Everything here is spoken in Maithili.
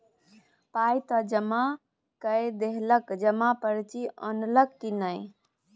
पाय त जमा कए देलहक जमा पर्ची अनलहक की नै